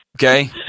Okay